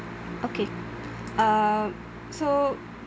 okay uh so